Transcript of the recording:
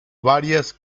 varias